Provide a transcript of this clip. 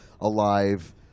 alive